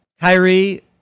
Kyrie